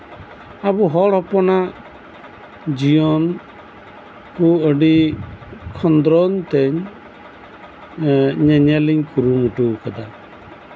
ᱟᱨ ᱟᱵᱚ ᱦᱚᱲ ᱦᱚᱯᱚᱱᱟᱜ ᱡᱤᱭᱚᱱ ᱠᱚ ᱠᱷᱚᱸᱫᱽᱨᱚᱱᱛᱮ ᱧᱮᱧᱮᱞ ᱤᱧ ᱠᱩᱨᱩᱢᱩᱴᱩ ᱠᱟᱫᱟ